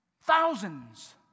Thousands